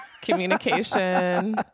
communication